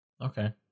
Okay